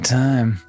time